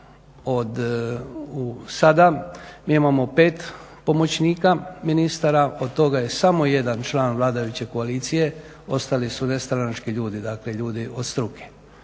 od sada mi imamo pet pomoćnika ministara. Od toga je samo jedan član vladajuće koalicije, ostali su nestranački ljudi, dakle ljudi od struke.